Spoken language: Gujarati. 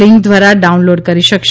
લિંક દ્વારા ડાઉનલોડ કરી શકશે